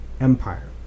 empire